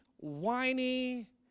whiny